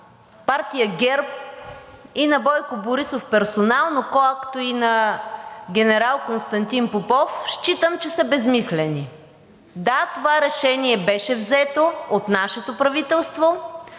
партия ГЕРБ и на Бойко Борисов персонално, както и на генерал Константин Попов, считам, че са безсмислени. Да, това решение беше взето от нашето правителство.